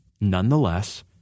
Nonetheless